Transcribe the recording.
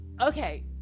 okay